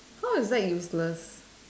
how is that useless